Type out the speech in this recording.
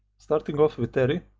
starting off with aery,